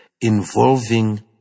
involving